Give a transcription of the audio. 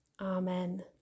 amen